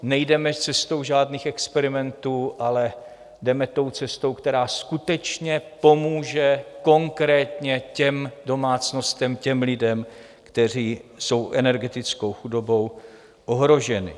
Nejdeme cestou žádných experimentů, ale jdeme cestou, která skutečně pomůže konkrétně těm domácnostem, těm lidem, kteří jsou energetickou chudobou ohroženi.